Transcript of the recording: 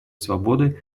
свободы